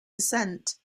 descent